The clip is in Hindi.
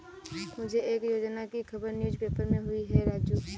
मुझे एक योजना की खबर न्यूज़ पेपर से हुई है राजू